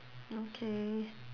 okay